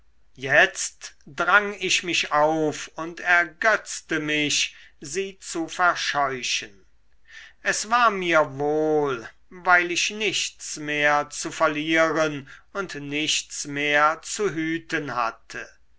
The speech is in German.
jetzt drang ich mich auf und ergötzte mich sie zu verscheuchen es war mir wohl weil ich nichts mehr zu verlieren und nichts mehr zu hüten hatte